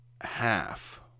half